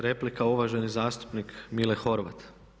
Replika, uvaženi zastupnik Mile Horvat.